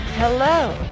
Hello